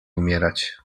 umierać